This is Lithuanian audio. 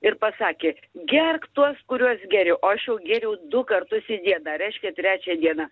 ir pasakė gerk tuos kuriuos geriu o aš jau gėriau du kartus į dieną reiškia trečią dieną